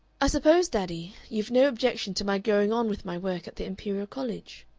i suppose, daddy, you've no objection to my going on with my work at the imperial college?